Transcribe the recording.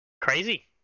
Crazy